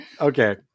Okay